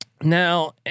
Now